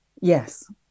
yes